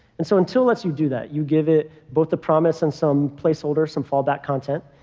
and so until let's you do that. you give it both a promise and some placeholders, some fallback content.